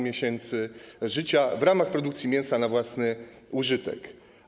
miesiąca życia w ramach produkcji mięsa na własny użytek.